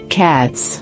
cats